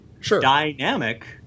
Dynamic